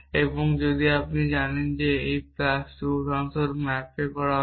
এখন আপনি জানেন যে এই প্লাসটি উদাহরণস্বরূপ ম্যাপ করা হয়েছে